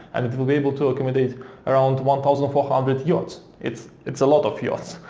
and it will be able to accommodate around one thousand four hundred yots. it's it's a lot of yots.